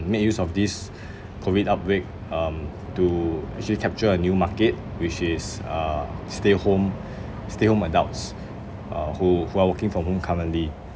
make use of this COVID outbreak um to actually capture a new market which is uh stay home stay home adults uh who who are working from home currently